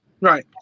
Right